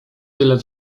tyle